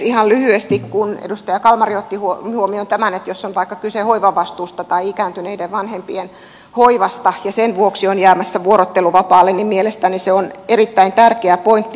ihan lyhyesti kun edustaja kalmari otti huomioon tämän että jos on vaikka kyse hoivavastuusta tai ikääntyneiden vanhempien hoivasta ja sen vuoksi on jäämässä vuorotteluvapaalle niin mielestäni se on erittäin tärkeä pointti